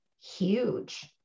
huge